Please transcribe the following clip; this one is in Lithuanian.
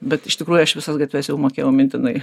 bet iš tikrųjų aš visas gatves jau mokėjau mintinai